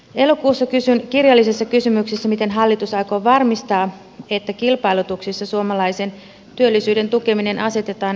elokuussa kysyin kirjallisessa kysymyksessä miten hallitus aikoo varmistaa että kilpailutuksissa suomalaisen työllisyyden tukeminen asetetaan etusijalle